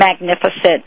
Magnificent